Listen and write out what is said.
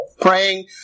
praying